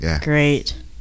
Great